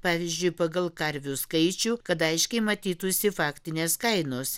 pavyzdžiui pagal karvių skaičių kad aiškiai matytųsi faktinės kainos